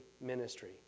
ministry